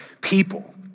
people